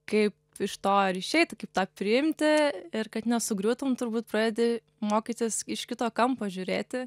kaip iš to ar išeit kaip tą priimti ir kad nesugriūtum turbūt pradedi mokytis iš kito kampo žiūrėti